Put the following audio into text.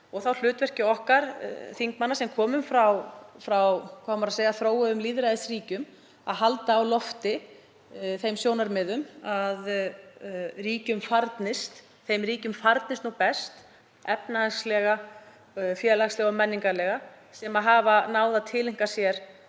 og þá hlutverki okkar þingmanna sem komum frá þróuðum lýðræðisríkjum að halda á lofti þeim sjónarmiðum að þeim ríkjum farnist best efnahagslega, félagslega og menningarlega sem hafa náð að tileinka sér